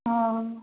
और